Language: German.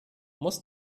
muss